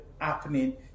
happening